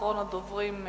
אחרון הדוברים,